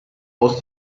aus